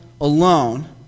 alone